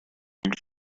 and